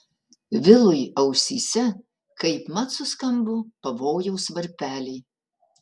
vilui ausyse kaipmat suskambo pavojaus varpeliai